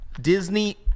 Disney